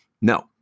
no